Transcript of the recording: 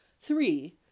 Three